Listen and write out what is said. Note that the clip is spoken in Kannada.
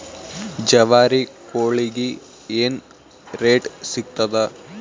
ಜವಾರಿ ಕೋಳಿಗಿ ಏನ್ ರೇಟ್ ಸಿಗ್ತದ?